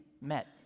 Met